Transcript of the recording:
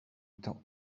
étant